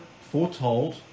foretold